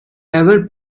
ever